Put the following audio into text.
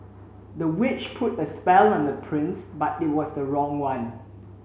the witch put a spell on the prince but it was the wrong one